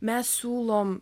mes siūlom